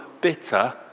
bitter